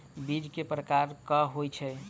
बीज केँ प्रकार कऽ होइ छै?